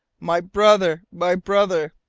my brother my brother!